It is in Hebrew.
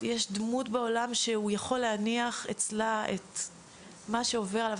יש בעולם דמות שהוא יכול להניח אצלה את מה שעובר עליו?